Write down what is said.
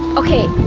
okay,